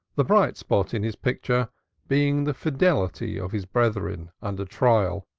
the bright spot in his picture being the fidelity of his brethren under trial,